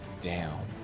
down